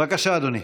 בבקשה, אדוני.